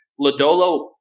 Lodolo